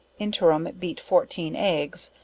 interim beet fourteen eggs,